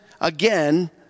again